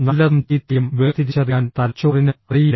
നല്ലതും ചീത്തയും വേർതിരിച്ചറിയാൻ തലച്ചോറിന് അറിയില്ല